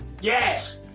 Yes